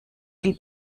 viel